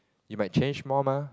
you might change more mah